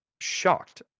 shocked